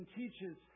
teaches